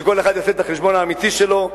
שכל אחד יעשה את החשבון האמיתי שלו,